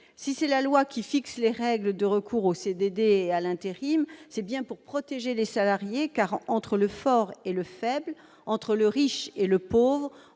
si c'est la loi qui fixe les règles du recours aux CDD à l'intérim, c'est bien pour protéger les salariés, car entre le fort et le faible, entre le riche et le pauvre,